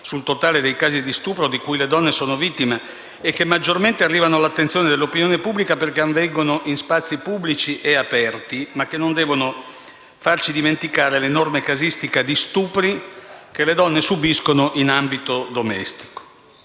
sul totale dei casi di stupro di cui le donne sono vittime, che maggiormente arrivano all'attenzione dell'opinione pubblica perché avvengono in spazi pubblici e aperti, ma che non devono farci dimenticare l'enorme casistica di stupri che le donne subiscono in ambito domestico.